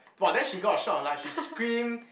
!wah! then she got a shock of her life she scream